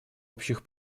общих